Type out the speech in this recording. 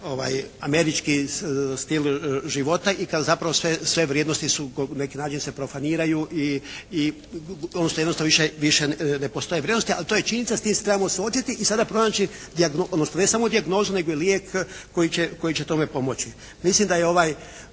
američki stil života i kad zapravo sve vrijednosti se na neki način profaniraju i jednostavno više ne postoje vrijednosti. Ali to je činjenica i s time se trebamo suočiti i sada pronaći odnosno ne samo dijagnozu nego i lijek koji će tome pomoći. Mislim da je ovaj